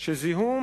שזיהום